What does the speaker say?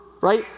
right